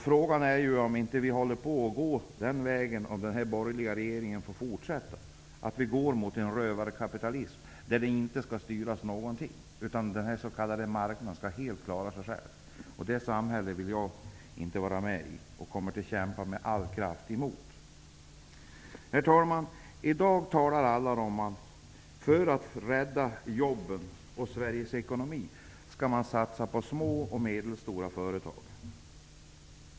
Frågan är om vi inte kommer att gå den vägen om den borgerliga regeringen får fortsätta. Vi går mot en rövarkapitalism där ingenting skall styras. Den s.k. marknaden skall helt klara sig själv. Det samhället vill jag inte vara med i. Jag kommer att kämpa med all kraft emot det. Herr talman! I dag talar alla om att man för att rädda jobben och Sveriges ekonomi skall satsa på små och medelstora företag.